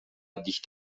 dicht